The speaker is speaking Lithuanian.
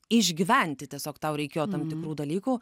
išgyventi tiesiog tau reikėjo tam tikrų dalykų